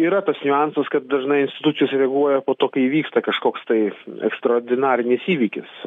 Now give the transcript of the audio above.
yra tas niuansas kad dažnai institucijos reaguoja po to kai įvyksta kažkoks tai ekstraordinarinis įvykis